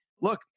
look